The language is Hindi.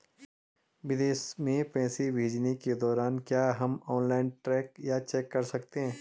विदेश में पैसे भेजने के दौरान क्या हम ऑनलाइन ट्रैक या चेक कर सकते हैं?